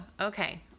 okay